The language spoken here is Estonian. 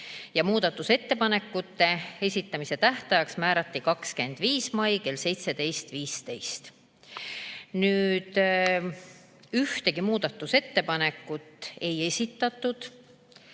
ja muudatusettepanekute esitamise tähtajaks määrati 25. mai kell 17.15. Ühtegi muudatusettepanekut ei esitatud